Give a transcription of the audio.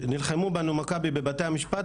נלחמו בנו מכבי בבתי המשפט,